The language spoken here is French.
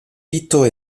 vito